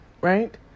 right